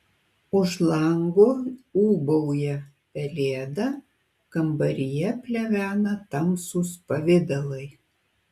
už lango ūbauja pelėda kambaryje plevena tamsūs pavidalai